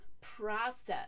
process